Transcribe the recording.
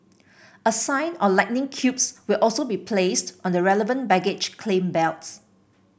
a sign or lightning cubes will also be placed on the relevant baggage claim belts